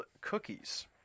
Cookies